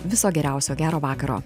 viso geriausio gero vakaro